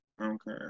Okay